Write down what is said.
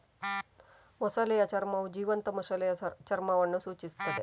ಮೊಸಳೆಯ ಚರ್ಮವು ಜೀವಂತ ಮೊಸಳೆಯ ಚರ್ಮವನ್ನು ಸೂಚಿಸುತ್ತದೆ